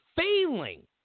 failing